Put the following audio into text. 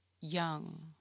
Young